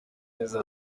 neza